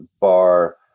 bar